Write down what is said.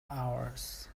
hours